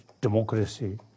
democracy